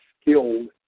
skilled